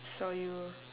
saw you